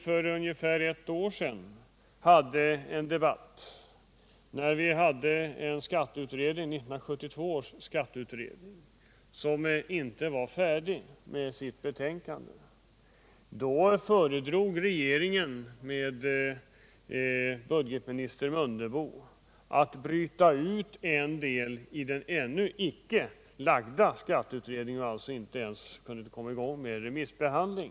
För ungefär ett år sedan debatterade vi 1972 års skatteutredning, som inte var färdig med sitt betänkande, och då föredrog regeringen på förslag av budgetminister Mundebo att bryta ut en del av skatteutredningens då ännu icke framlagda förslag, som alltså inte ens hade börjat bli föremål för remissbehandling.